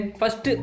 first